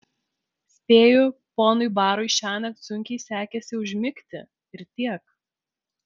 spėju ponui barui šiąnakt sunkiai sekėsi užmigti ir tiek